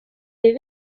les